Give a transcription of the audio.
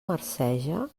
marceja